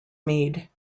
meade